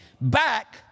back